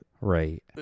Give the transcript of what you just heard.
Right